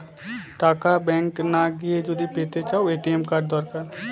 টাকা ব্যাঙ্ক না গিয়ে যদি পেতে চাও, এ.টি.এম কার্ড দরকার